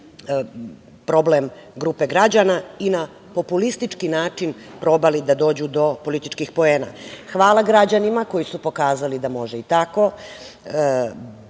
problem grupe građana i na populistički način probali da dođu do političkih poena. Hvala građanima koji su pokazali da može i tako,